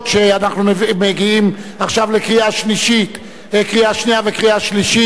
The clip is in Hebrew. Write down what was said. שאנחנו מגיעים בה עכשיו לקריאה שנייה ולקריאה שלישית,